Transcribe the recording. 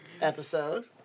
episode